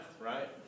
Right